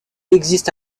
existe